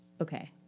Okay